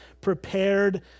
prepared